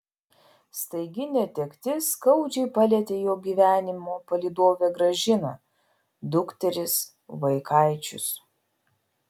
staigi netektis skaudžiai palietė jo gyvenimo palydovę gražiną dukteris vaikaičius